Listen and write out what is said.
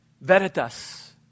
Veritas